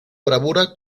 bravura